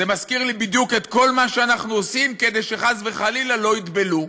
זה מזכיר לי בדיוק את כל מה שאנחנו עושים כדי שחס וחלילה לא יטבלו,